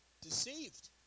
deceived